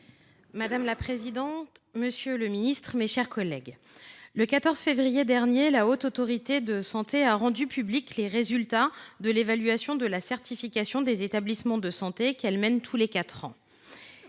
Madame la présidente, monsieur le ministre, mes chers collègues, le 14 février dernier, la Haute Autorité de santé (HAS) a rendu publics les résultats de l’évaluation de la certification des établissements de santé qu’elle mène tous les quatre ans.